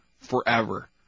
forever